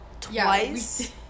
twice